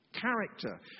Character